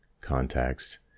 context